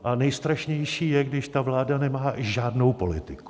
A nejstrašnější je, když ta vláda nemá žádnou politiku.